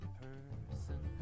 person